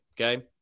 Okay